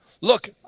Look